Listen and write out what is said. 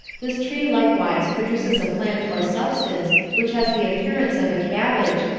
this tree likewise produces a plant or substance which has the appearance of a cabbage,